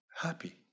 happy